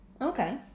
Okay